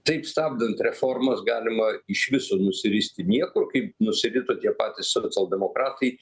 taip stabdant reformos galima iš viso nusiristi niekur kaip nusirito tie patys socialdemokratai